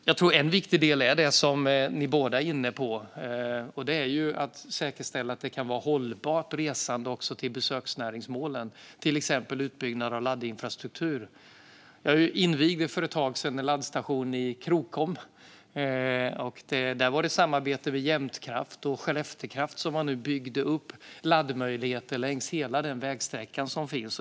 Jag tror att en viktig del är det som ni båda, Peter Helander och Ann-Charlotte Hammar Johnsson, är inne på: att säkerställa att resandet till besöksnäringsmålen kan vara hållbart, till exempel genom utbyggnad av laddinfrastruktur. Jag invigde för ett tag sedan en laddstation i Krokom. Där byggde man i samarbete med Jämtkraft och Skellefteå Kraft upp laddmöjligheter längs hela den vägsträcka som finns.